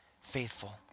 faithful